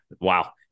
wow